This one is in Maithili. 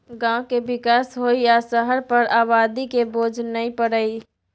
गांव के विकास होइ आ शहर पर आबादी के बोझ नइ परइ